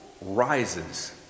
rises